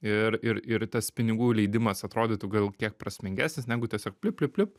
ir ir ir tas pinigų leidimas atrodytų gal kiek prasmingesnis negu tiesiog pliup pliup pliup